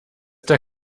der